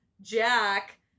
Jack